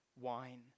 wine